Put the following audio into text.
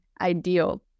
ideal